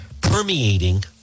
permeating